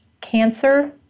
cancer